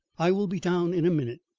i will be down in a minute.